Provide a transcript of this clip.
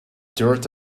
dirt